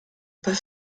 pas